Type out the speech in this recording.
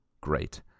great